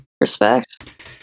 Respect